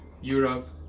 Europe